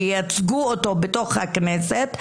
שייצגו אותו בכנסת,